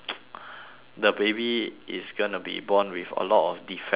the baby is gonna be born with a lot of defects and like